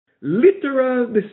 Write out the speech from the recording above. literal